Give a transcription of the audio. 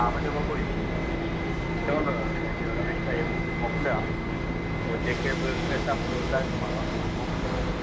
हा मुंहिंजो बबू ईंदो चवंदो भई रमेश भाई मोकिलियो आहे पोइ जेके बि पैसा मूंखे ॿुधायो मां अॻोपो मोकिलियांव